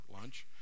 lunch